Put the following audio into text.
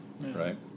right